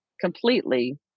completely